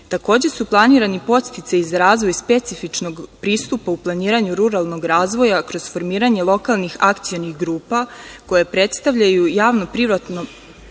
Takođe su planirani podsticaji za razvoj specifičnog pristupa u planiranju ruralnog razvoja kroz formiranje lokalnih akcionih grupa koje predstavljaju javno-privatno